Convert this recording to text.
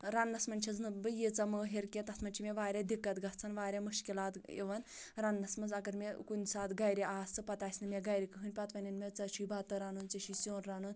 رَننَس منٛز چھیٚس نہٕ بہٕ ییٖژاہ مٲہر کیٚنٛہہ تَتھ منٛز چھِ مےٚ واریاہ دِقت گژھان واریاہ مشکلات یِوان رَننِس منٛز اَگر مےٚ کُنہِ ساتہٕ گھرِ آسہٕ پَتہٕ آسہِ نہٕ مےٚ گھرِ کٔہٲنۍ پَتہٕ وَنیٚن مےٚ ژےٚ چھُے بَتہٕ رَنُن ژےٚ چھُے سیٛن رَنُن